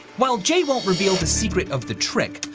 well, jay won't reveal the secret of the trick.